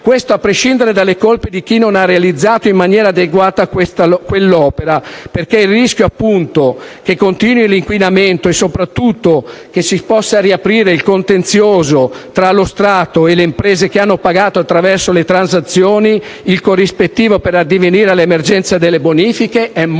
Questo a prescindere dalle colpe di chi non ha realizzato in maniera adeguata quell'opera, perché il rischio che continui l'inquinamento e soprattutto che si possa riaprire il contenzioso tra lo Stato e le imprese che hanno pagato, attraverso le transanzioni, il corrispettivo per addivenire all'emergenza delle bonifiche è molto